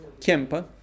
kempa